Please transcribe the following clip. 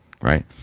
right